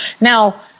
now